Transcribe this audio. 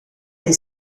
dei